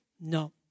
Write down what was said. No